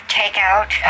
takeout